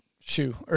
shoe